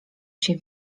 się